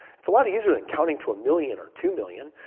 it's a lot easier than counting to a million or two million.